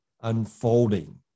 unfolding